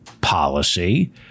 policy